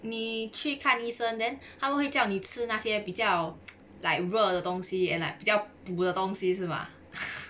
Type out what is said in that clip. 你去看医生 then 他们会叫你吃那些比较 like 热的东西 and like 比较补的东西是 mah